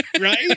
right